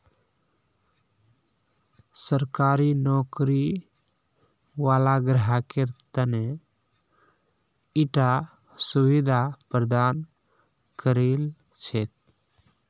सरकारी नौकरी वाला ग्राहकेर त न ईटा सुविधा प्रदान करील छेक